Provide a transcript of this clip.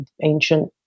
ancient